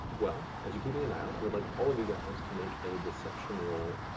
well, as you're keeping an eye out, i would like all of you guys to make a deception roll,